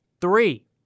Three